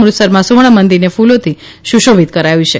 અમૃતસરમાં સુવર્ણ મંદિરને ફ્રલોથી સુશોભિત કરાયું છે